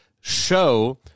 show